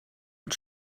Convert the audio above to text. und